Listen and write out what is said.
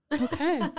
Okay